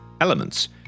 elements